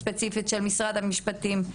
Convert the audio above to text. ספציפית של משרד המשפטים.